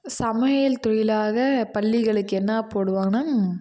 சமையல் தொழிலாக பள்ளிகளுக்கு என்ன போடுவாங்க